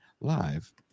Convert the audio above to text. live